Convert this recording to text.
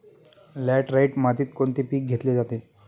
Laterite मातीत कोणते पीक घेतले जाते?